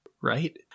Right